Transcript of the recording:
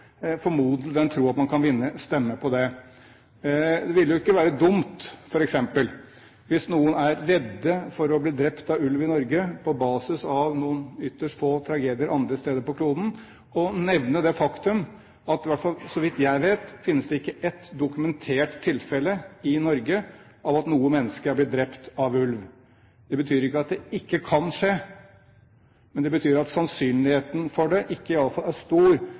i den tro at man kan vinne stemmer på det. Det ville jo ikke være dumt, hvis noen i Norge f.eks. er redde for å bli drept av ulv på basis av noen ytterst få tragedier andre steder på kloden, å nevne det faktum at det – i hvert fall så vidt jeg vet – ikke finnes ett dokumentert tilfelle i Norge der noe menneske er blitt drept av ulv. Det betyr ikke at det ikke kan skje, men det betyr at sannsynligheten for det iallfall ikke er stor,